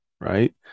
right